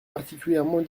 particulièrement